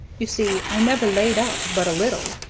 you see i never laid up but a little,